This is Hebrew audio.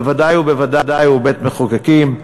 בוודאי ובוודאי היא בית-מחוקקים,